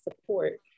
support